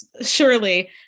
surely